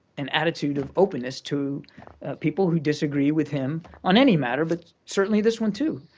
an attitude of openness to people who disagree with him on any matter, but certainly this one too.